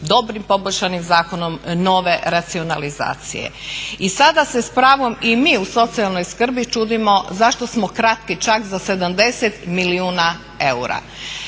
dobrim poboljšanim zakonom nove racionalizacije. I sada se s pravom i mi u socijalnoj skrbi čudimo zašto smo kratki čak za 70 milijuna eura?